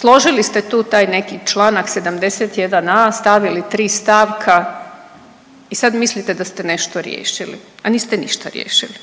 složili ste tu taj neki članak 71a., stavili 3 stavka i sad mislite da ste nešto riješili, a niste ništa riješili.